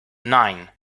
nine